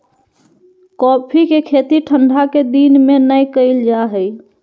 coffee के खेती ठंढा के दिन में नै कइल जा हइ